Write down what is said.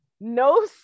no